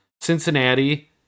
Cincinnati